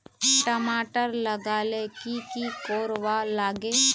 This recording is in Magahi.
टमाटर लगा ले की की कोर वा लागे?